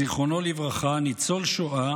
זיכרונו לברכה, ניצול שואה,